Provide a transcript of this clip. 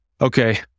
Okay